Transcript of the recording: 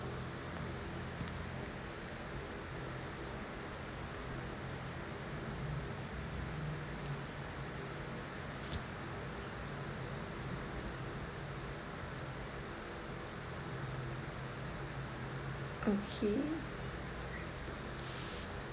okay